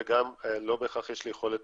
וגם לא בהכרח יש לי יכולת